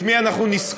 את מי אנחנו נשכור?